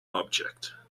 object